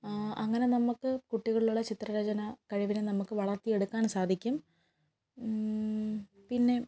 അങ്ങനെ നമുക്ക് കുട്ടികളിലുള്ള ചിത്രരചന കഴിവിനെ നമുക്ക് വളർത്തിയെടുക്കാൻ സാധിക്കും പിന്നെ